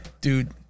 dude